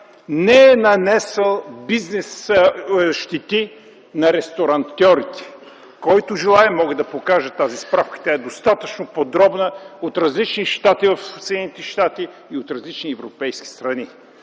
не е нанесъл бизнес щети на ресторантьорите – който желае, мога да покажа тази справка, тя е достатъчно подробна от различни щати в Съединените щати и от различни европейски страни